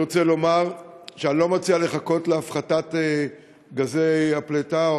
אני רוצה לומר שאני לא מציע לחכות להפחתת גזי הפליטה,